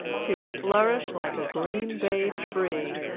to flourish like a green bay tree,